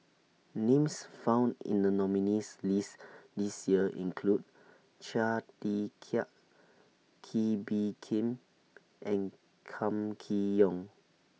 Names found in The nominees list This Year include Chia Tee Chiak Kee Bee Khim and Kam Kee Yong